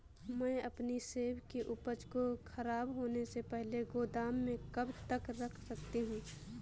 मैं अपनी सेब की उपज को ख़राब होने से पहले गोदाम में कब तक रख सकती हूँ?